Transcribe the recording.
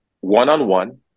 One-on-one